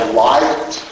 light